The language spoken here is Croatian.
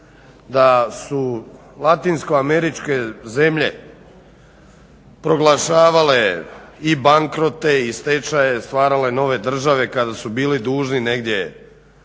da su latinoameričke zemlje proglašavale i bankrote i stečaje, stvarale nove države kada su bili dužni negdje